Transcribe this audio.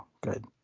good